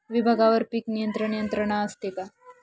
विभागवार पीक नियंत्रण यंत्रणा असते का?